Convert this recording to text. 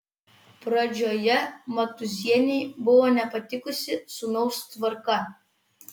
pradžioje matūzienei buvo nepatikusi sūnaus tvarka